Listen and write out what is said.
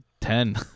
Ten